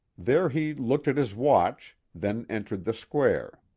there he looked at his watch, then entered the square.